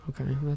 Okay